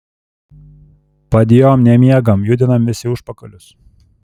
padjom nemiegam judinam visi užpakalius